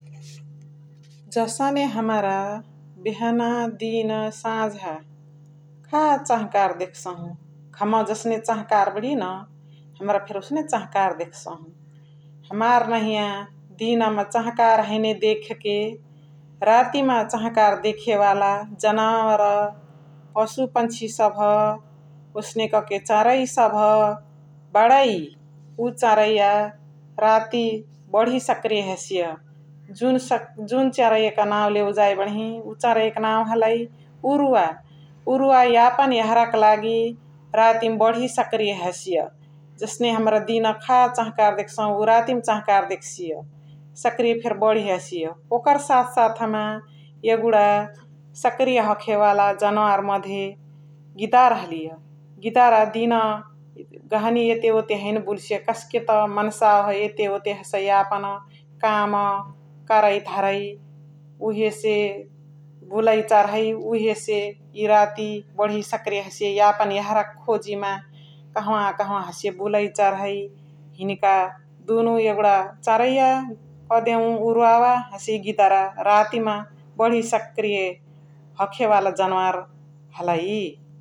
जसने हमरा बेहना दिना साझा खा छहकार देख्सहु घमवा जसने छहकार बारीय ना हमरा फेनी ओसने छहकार देख्सहु । हमार नहिय दिना मा छहकार हैने देखे के राती मा छहकार देखे वाला जनवोरा पसु पछी सभ ओसने का के चेरै सभ बणै । उवा चेरैया राती बडी सकरैया हसिय । जुन चेरैया का नाउ लेव जाई बडहि, उव चेरैया का नाउ हलाई उरुवा । उरुवा यापन यघरा क लागि रातिमा बडही सकरैया हसिय । जसने हमरा दिना खा छहकार देख्सहु उव रातिमा छहकार देख्सिय सकरैया फेरी बडही हसिय । ओकर साथ साथ मा यगुडा सकरैया हाखे वाला जनावोर मधे गिदार हलिय । गिदारा दिन गहनी एते वोते हैने बुल्सिय कस्के त मन्सवा हसै एते वोते यापना काम करै धरै । उहेसे बुलाई चारहै उहेसे एय राती बढी सकरैया हसिय यापना यहरा क खोजी मा कहाँवा कहाँवा हसिय बुलाई चारहै हिनिका दुनु यगुडा चेरैया कदेउ उरुवा वा हसे गिडर राती मा बढी सकरैया हखे वाला जनवोर हलाई ।